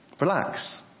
Relax